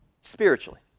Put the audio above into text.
spiritually